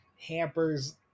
hampers